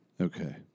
Okay